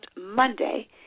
Monday